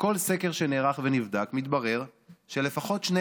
בכל סקר שנערך ונבדק מתברר שלפחות שני